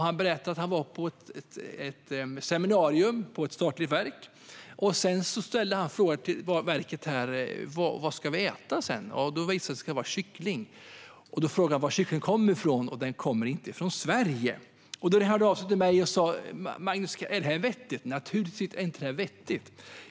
Han berättade att han hade varit på ett seminarium på ett statligt verk. När han frågade vad de skulle äta visade det sig att det skulle serveras kyckling. Han frågade då varifrån kycklingen kom och fick svaret att den inte kom från Sverige. Han hörde av sig till mig och frågade om jag tyckte att detta var vettigt. Naturligtvis är det inte vettigt!